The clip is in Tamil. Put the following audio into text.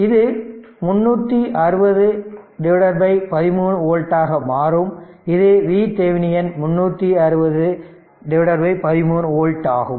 இது 360 13 வோல்ட் ஆக மாறும் இது VThevenin 360 13 வோல்ட் ஆகும்